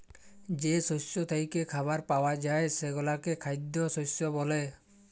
যে শস্য থ্যাইকে খাবার পাউয়া যায় সেগলাকে খাইদ্য শস্য ব্যলে